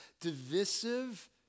divisive